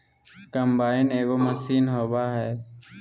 combine एगो machine होबा हइ